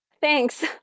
Thanks